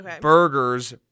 burgers